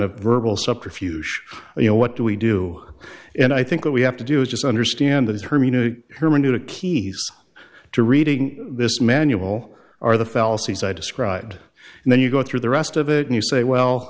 of verbal subterfuge you know what do we do and i think that we have to do is just understand that hermie hermeneutic keys to reading this manual are the fallacies i described and then you go through the rest of it and you say well